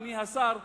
אדוני השר,